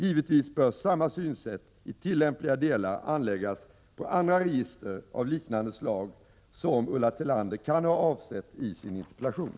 Givetvis bör samma synsätt i tillämpliga delar anläggas på andra register av liknande slag som Ulla Tillander kan ha avsett i sin interpellation.